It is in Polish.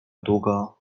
długo